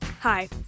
Hi